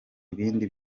ibindi